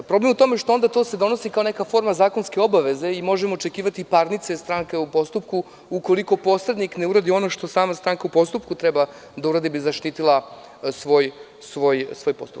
Problem je u tome što se to onda donosi kao neka forma zakonske obaveze i možemo očekivati i parnice od stranke u postupku ukoliko posrednik ne uradi ono što sama stranka treba u postupku da uradi da bi zaštitila svoj postupak.